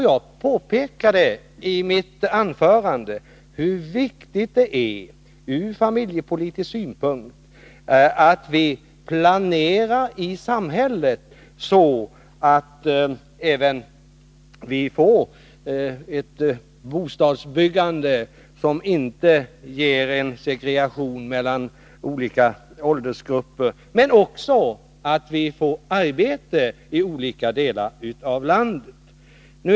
Jag påpekade i mitt anförande hur viktigt det ur familjepolitisk synpunkt är att vi i samhället planerar så, att vi får ett bostadsbyggande som inte skapar segregation mellan olika åldersgrupper men också att vi får arbete i olika delar av landet.